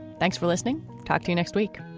thanks for listening. talk to you next week